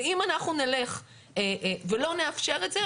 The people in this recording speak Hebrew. אם אנחנו נלך ולא נאפשר את זה,